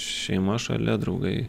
šeima šalia draugai